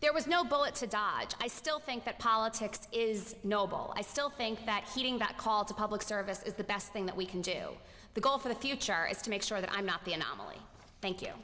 there was no bill it's a tie i still think that politics is noble i still think that heeding that call to public service is the best thing that we can do the call for the future is to make sure that i'm not the anomaly thank you